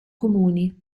comuni